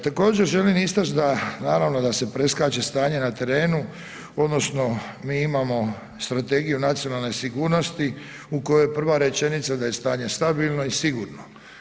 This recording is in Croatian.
Također želim istaći da, naravno da se preskače stanje na terenu, odnosno mi imamo strategiju nacionalne sigurnosti u kojoj prva rečenica da je stanje stabilno i sigurno.